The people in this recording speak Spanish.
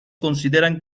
consideran